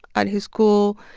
at his school,